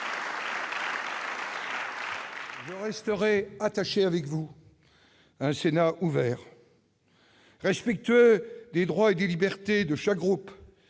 Je resterai attaché, comme vous, à un Sénat ouvert, respectueux des droits et des libertés de chaque groupe,